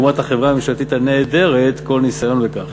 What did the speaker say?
לעומת החברה הממשלתית הנעדרת כל ניסיון בכך,